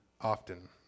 often